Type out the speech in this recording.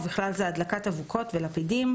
ובכלל זה הדלקת אבוקות ולפידים,